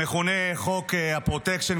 המכונה גם "חוק הפרוטקשן".